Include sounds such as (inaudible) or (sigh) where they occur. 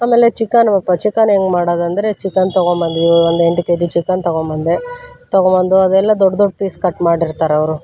ಆಮೇಲೆ chicken (unintelligible) chicken ಹೆಂಗ್ ಮಾಡೋದಂದರೆ ಚಿಕನ್ ತೊಗೊಂಬಂದ್ವಿ ಒಂದು ಎಂಟು ಕೆಜಿ ಚಿಕನ್ ತೊಗೊಂಬಂದೆ ತೊಗೊಂಬಂದು ಅದೆಲ್ಲ ದೊಡ್ಡ ದೊಡ್ಡ ಪೀಸ್ ಕಟ್ ಮಾಡಿರ್ತಾರವರು